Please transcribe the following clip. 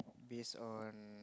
based on